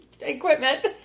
equipment